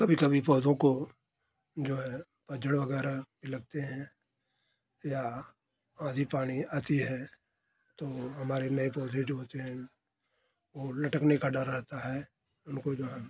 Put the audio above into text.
कभी कभी पौधों को जो है वगैरह भी लगते हैं या आधी पानी आती है तो हमारे नए पौधे जो होते हैं वो लटकने का डर रहता है उनको जो है